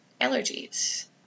allergies